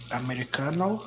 americano